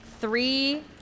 three